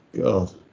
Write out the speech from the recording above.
God